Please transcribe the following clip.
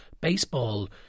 baseball